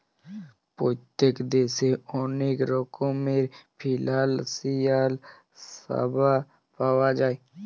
পত্তেক দ্যাশে অলেক রকমের ফিলালসিয়াল স্যাবা পাউয়া যায়